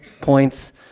points